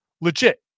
legit